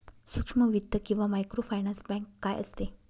सूक्ष्म वित्त किंवा मायक्रोफायनान्स बँक काय असते?